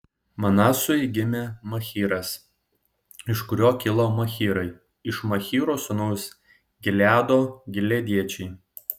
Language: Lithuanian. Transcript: manasui gimė machyras iš kurio kilo machyrai iš machyro sūnaus gileado gileadiečiai